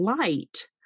light